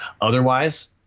otherwise